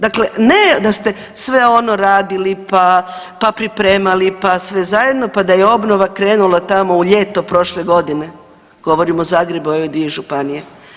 Dakle, ne da ste sve ono radili pa pripremali, pa sve zajedno, pa da je obnova krenula tamo u ljeto prošle godine, govorim o Zagrebu i ovaj dio županije.